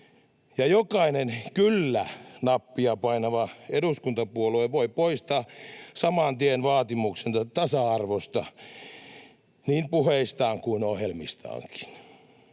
Ja jokainen kyllä-nappia painava eduskuntapuolue voi poistaa saman tien vaatimuksensa tasa-arvosta niin puheistaan kuin ohjelmistaankin.